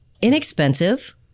inexpensive